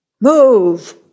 Move